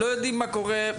לא יודעים מה קורה,